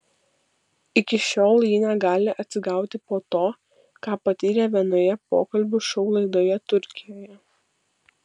iki šiol ji negali atsigauti po to ką patyrė vienoje pokalbių šou laidoje turkijoje